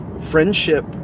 friendship